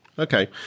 Okay